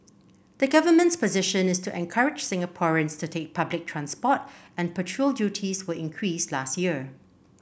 the government's position is to encourage Singaporeans to take public transport and petrol duties were increased last year